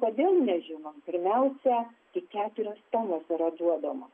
kodėl nežinom pirmiausia į keturios temos yra duodamos